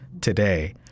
today